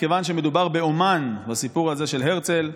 כיוון שמדובר באומן בסיפור הזה של הרצל,